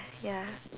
ya